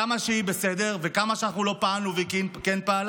כמה היא בסדר וכמה אנחנו לא פעלנו והיא כן פעלה.